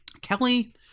Kelly